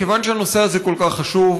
כיוון שהנושא הזה כל כך חשוב,